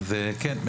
כן,